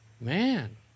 Man